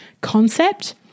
concept